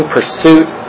pursuit